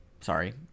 sorry